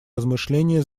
размышления